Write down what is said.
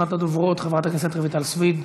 ראשונת הדוברים, חברת הכנסת מיכל סויד,